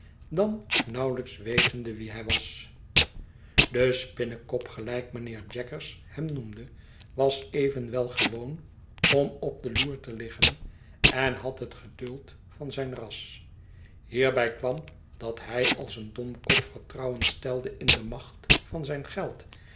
dan nauwelijks wetende wie hij was de spinnekop gelijk mijnheer jaggers hem noemde was evenwel gewoon om op de loer te liggen en had het geduld van zijn ras hierbij kwam dat hij als een domkop vertrouwen stelde in de macht van zijn geld